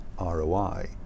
ROI